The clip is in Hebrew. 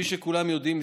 כפי שכולם יודעים,